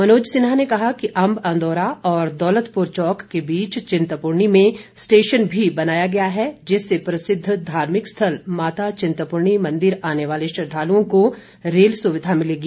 मनोज सिन्हा ने कहा कि अंब अंदौरा और दौलतपुर चौक के बीच चिंतपूर्णी में स्टेशन भी बनाया गया है जिससे प्रसिद्ध धार्मिक स्थल माता चिंतपूर्णी मंदिर आने वाले श्रद्वालुओं को रेल सुविधा मिलेगी